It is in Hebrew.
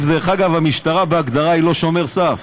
דרך אגב, המשטרה בהגדרה היא לא שומר סף.